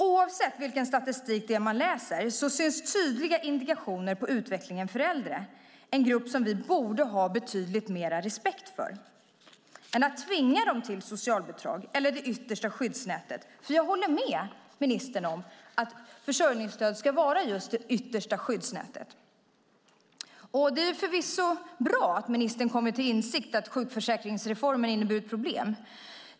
Oavsett vilken statistik man läser ser man tydliga indikationer på utvecklingen för äldre, en grupp som vi borde visa betydligt mer respekt i stället för att tvinga dem till socialbidrag, det yttersta skyddsnätet. Jag håller med ministern om att försörjningsstödet ska vara just det yttersta skyddsnätet. Det är förvisso bra att ministern kommit till insikt om att sjukförsäkringsreformen inneburit problem.